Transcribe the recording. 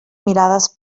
mirades